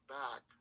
back